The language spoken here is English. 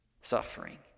suffering